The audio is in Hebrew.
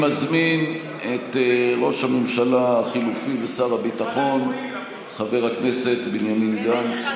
אני מזמין את ראש הממשלה החליפי ושר הביטחון חבר הכנסת בנימין גנץ,